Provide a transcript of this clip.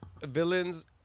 villains